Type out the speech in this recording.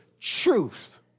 truth